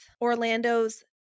Orlando's